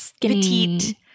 petite